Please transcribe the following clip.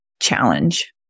challenge